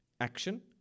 action